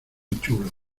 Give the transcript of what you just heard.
chulo